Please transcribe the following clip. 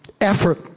effort